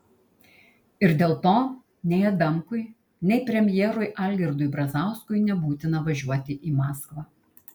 ir dėl to nei adamkui nei premjerui algirdui brazauskui nebūtina važiuoti į maskvą